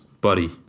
buddy